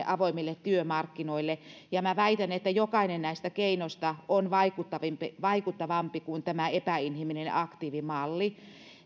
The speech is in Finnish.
avoimille työmarkkinoille minä väitän että jokainen näistä keinoista on vaikuttavampi vaikuttavampi kuin tämä epäinhimillinen aktiivimalli